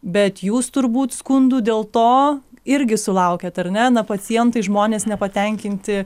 bet jūs turbūt skundų dėl to irgi sulaukiat ar ne na pacientai žmonės nepatenkinti